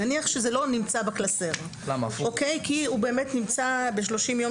נניח שזה לא נמצא בקלסר כי הוא באמת נמצא ב-30 ימים